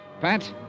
Pat